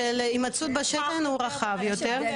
טווח זמנים של המצאות בשתן הוא רחב יותר.